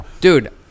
Dude